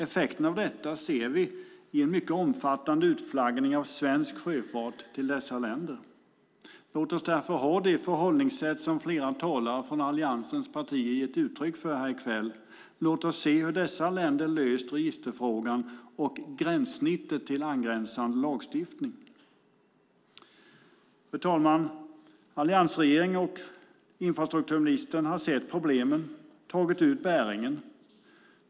Effekterna av detta ser vi i en mycket omfattande utflaggning av svensk sjöfart till dessa länder. Låt oss därför ha det förhållningssätt som flera talare från Alliansens partier har gett uttryck för här i kväll och se hur dessa länder löst registerfrågan och gränssnittet till angränsande lagstiftning. Fru talman! Alliansregeringen och infrastrukturministern har sett problemen och tagit ut bäringen.